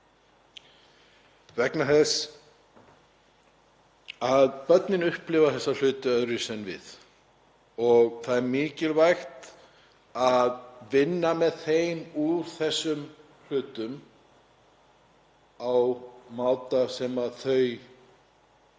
Vegna þess að börnin upplifa þessa hluti öðruvísi en við og það er mikilvægt að vinna með þeim úr þessum hlutum á máta sem þau